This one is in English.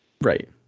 Right